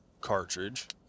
cartridge